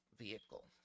vehicle